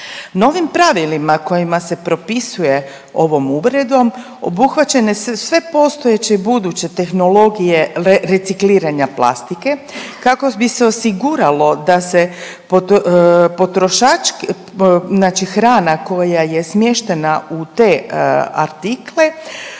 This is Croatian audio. Novim pravilima kojima se propisuje ovom uredbom obuhvaćene su sve postojeće i buduće tehnologije recikliranja plastike kako bi se osiguralo da se potrošački, znači hrana koja je smještena u te artikle